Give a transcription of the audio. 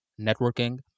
networking